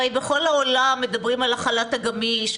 בכל העולם מדברים על החל"ת הגמיש,